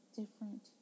different